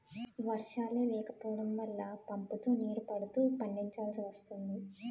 వర్షాలే లేకపోడం వల్ల పంపుతో నీరు పడుతూ పండిచాల్సి వస్తోంది